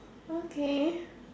okay